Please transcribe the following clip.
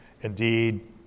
Indeed